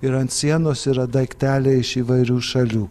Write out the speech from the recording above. ir ant sienos yra daikteliai iš įvairių šalių